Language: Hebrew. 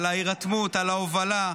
על ההירתמות, על ההובלה.